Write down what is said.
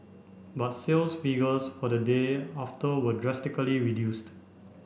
but sales figures for the day after were drastically reduced